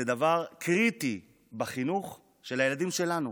זה דבר קריטי בחינוך של הילדים שלנו.